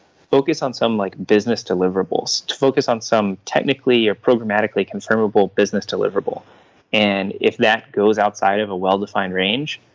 focus on some like business deliverables. to focus on some technically or programmatically confirmable business deliverable and if that goes outside of a well-defined range,